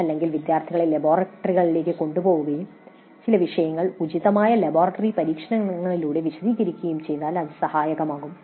അല്ലെങ്കിൽ വിദ്യാർത്ഥികളെ ലബോറട്ടറിയിലേക്ക് കൊണ്ടുപോകുകയും ചില വിഷയങ്ങൾ ഉചിതമായ ലബോറട്ടറി പരീക്ഷണങ്ങളിലൂടെ വിശദീകരിക്കുകയും ചെയ്താൽ ഇത് സഹായകമാകും